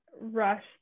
rush